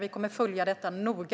Vi kommer att följa detta noga.